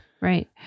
right